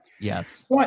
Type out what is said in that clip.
Yes